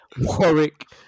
Warwick